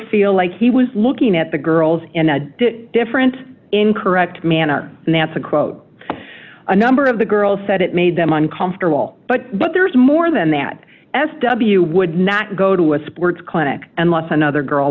feel like he was looking at the girls in a different incorrect manner and that's a quote a number of the girls said it made them uncomfortable but but there's more than that as w would not go to a sports clinic unless another girl